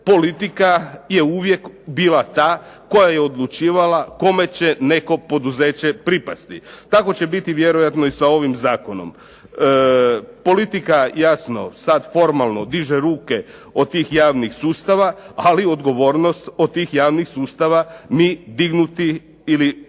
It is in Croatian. politika je uvijek bila ta kome će neko poduzeće pripasti. Tako će biti vjerojatno i sa ovim zakonom. Politika jasno sad formalno diže ruke od tih javnih sustava, ali odgovornost od tih javnih sustava mi dignuti ili